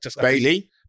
Bailey